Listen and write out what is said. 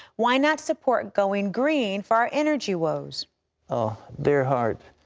why not support going green for our energy woes oh, dear heart.